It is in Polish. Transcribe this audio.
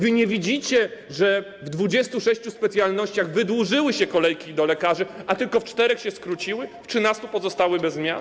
Wy nie widzicie, że w 26 specjalnościach wydłużyły się kolejki do lekarzy, a tylko w czterech się skróciły, w 13 pozostały bez zmian?